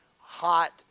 hot